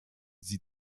sie